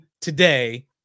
today